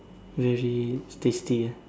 really tasty ah